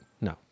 No